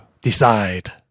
Decide